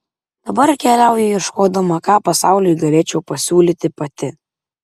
dabar keliauju ieškodama ką pasauliui galėčiau pasiūlyti pati